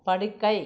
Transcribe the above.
படுக்கை